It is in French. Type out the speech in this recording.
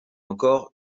encore